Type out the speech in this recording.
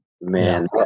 Man